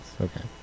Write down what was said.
okay